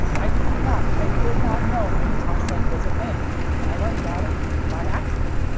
i kid you not, i did not know mini-toslink was a thing, and i learned about it by accident.